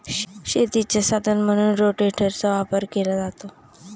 शेतीचे साधन म्हणूनही रोटेटरचा वापर केला जातो